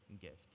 gift